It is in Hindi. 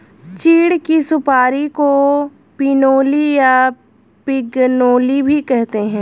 चीड़ की सुपारी को पिनोली या पिगनोली भी कहते हैं